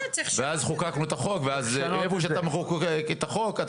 ואז חוקקנו את החוק ואז איפה שאתה מחוקק את החוק אתה